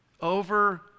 over